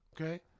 Okay